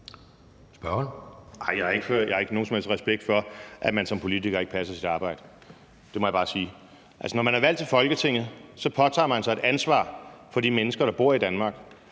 som helst respekt for, at man som politiker ikke passer sit arbejde. Det må jeg bare sige. Når man er valgt til Folketinget, påtager man sig et ansvar for de mennesker, der bor i Danmark.